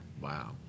Wow